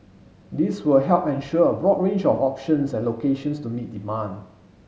this will help ensure a broad range of options and locations to meet demand